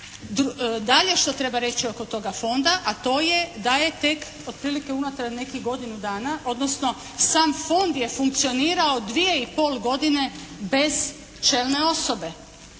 Dalje što treba reći oko toga Fonda a to je da je tek otprilike unutar nekih godinu dana odnosno sam Fond je funkcionirao dvije i pol godine bez čelne osobe.